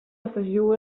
afegiu